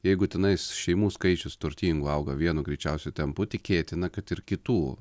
jeigu tenais šeimų skaičius turtingų auga vienu greičiausiu tempu tikėtina kad ir kitų